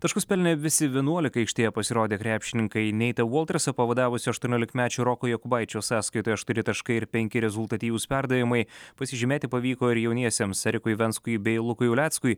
taškus pelnė visi vienuolika aikštėje pasirodę krepšininkai neitą voltresą pavadavusio aštuoniolikmečio roko jokūbaičio sąskaitoje aštuoni taškai ir penki rezultatyvūs perdavimai pasižymėti pavyko ir jauniesiems erikui venskui bei lukui uleckui